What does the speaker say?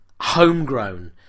homegrown